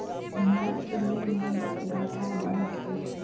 माल के लेन देन से व्यापार बढ़त हवे